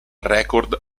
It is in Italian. record